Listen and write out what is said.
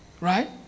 Right